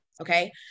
okay